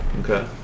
Okay